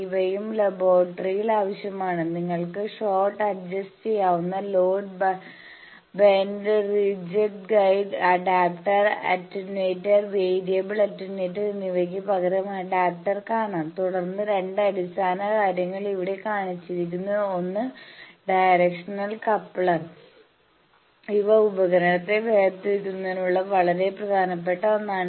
ഇവയും ലബോറട്ടറിയിൽ ആവശ്യമാണ് നിങ്ങൾക്ക് ഷോർട്ട് അഡ്ജസ്റ്റ് ചെയ്യാവുന്ന load bend ridge guide adapter attenuator variable attenuator എന്നിവയ്ക്ക് പകരം അഡാപ്റ്റർ കാണാം തുടർന്ന് രണ്ട് അടിസ്ഥാന കാര്യങ്ങൾ ഇവിടെ കാണിച്ചിരിക്കുന്നു ഒന്ന് ഡയറക്ഷണൽ കപ്ലർ ഇവ ഉപകരണത്തെ വേർതിരിക്കുന്നതിനുള്ള വളരെ പ്രധാനപെട്ട ഒന്നാണ്